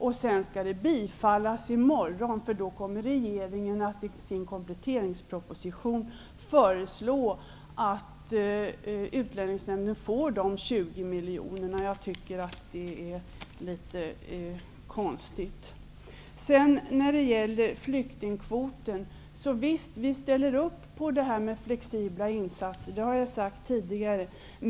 Sedan skall förslaget bifallas i morgon, för då kommer regeringen att i sin kompletteringsproposition föreslå att Utlänningsnämnden får de 20 miljonerna. Jag tycker att det är litet konstigt. Visst ställer vi upp på flexibla insatser när det gäller flyktingkvoten. Det har jag sagt tidigare.